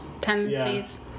tendencies